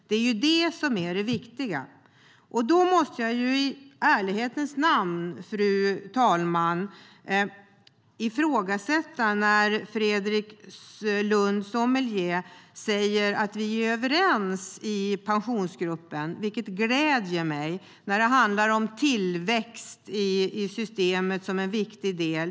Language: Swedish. Det är det viktiga.I ärlighetens namn måste jag ifrågasätta att Fredrik Lundh Sammeli säger att vi är överens i Pensionsgruppen. Det gläder mig i fråga om tillväxt i systemet som en viktig del.